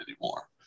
anymore